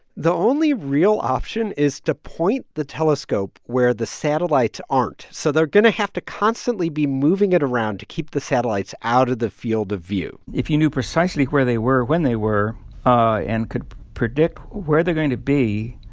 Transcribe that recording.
the only real option is to point the telescope where the satellites aren't, so they're going to have to constantly be moving it around to keep the satellites out of the field of view if you knew precisely where they were, when they were ah and could predict where they're going to be,